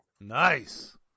Nice